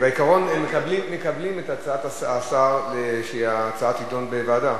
בעיקרון, מקבלים את הצעת השר שההצעה תידון בוועדה?